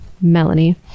Melanie